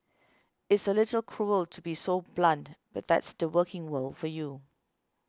it's a little cruel to be so blunt but that's the working world for you